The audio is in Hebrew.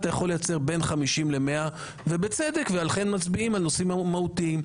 אתה יכול לייצר בין 50 ל-100 ובצדק ולכן מצביעים על נושאים מהותיים.